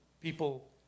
people